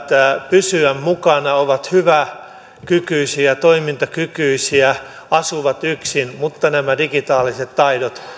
pysyä mukana on hyväkykyisiä toimintakykyisiä jotka asuvat yksin mutta joilta nämä digitaaliset taidot